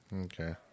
okay